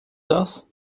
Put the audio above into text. das